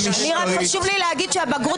הרס מערכת